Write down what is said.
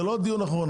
זה לא הדיון האחרון,